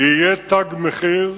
יהיה תג מחיר.